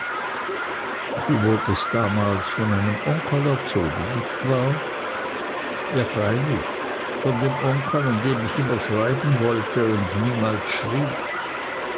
du wurdest damals von einem onkel erzogen nicht wahr ja freilich von dem onkel an den ich immer schreiben wollte und niemals schrieb